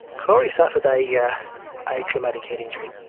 corey suffered ah yeah a traumatic head injury.